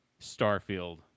Starfield